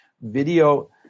Video